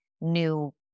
new